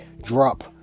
drop